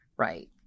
right